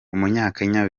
umunyakenya